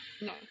No